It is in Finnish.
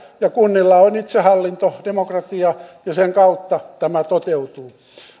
kunnilla on itsehallinto demokratia ja sen kautta tämä toteutuu